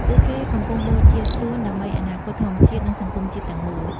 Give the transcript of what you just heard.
ពួកគេកំពុងបូជាខ្លួនដើម្បីអនាគតធម្មជាតិ និងសង្គមជាតិទាំងមូល។